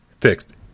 Fixed